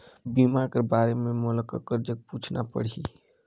बीमा कर बारे मे मोला ककर जग पूछना परही?